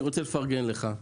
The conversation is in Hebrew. אני רוצה לפרגן לך,